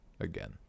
again